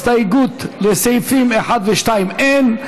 הסתייגויות לסעיפים 1 ו-2 אין.